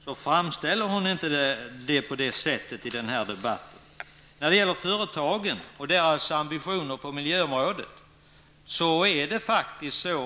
Hon framställer det inte så i denna debatt.